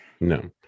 no